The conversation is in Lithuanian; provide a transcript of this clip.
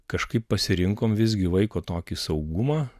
kažkaip pasirinkom visgi vaiko tokį saugumą